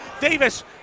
Davis